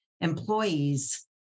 employees